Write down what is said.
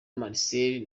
marcel